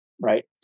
right